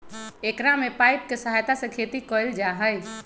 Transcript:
एकरा में पाइप के सहायता से खेती कइल जाहई